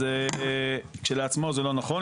אז כשלעצמו זה לא נכון.